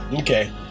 okay